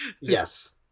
Yes